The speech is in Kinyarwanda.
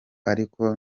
ariko